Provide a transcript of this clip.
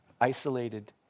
isolated